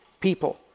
people